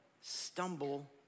stumble